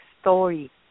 story